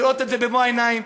לראות את זה במו העיניים.